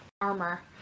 armor